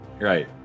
Right